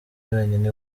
wenyine